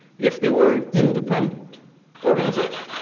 if there were an independent organization,